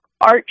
art